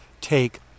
take